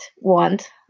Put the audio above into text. want